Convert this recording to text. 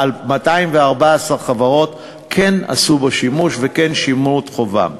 214 חברות כן עשו בה שימוש וכן שילמו את חובן.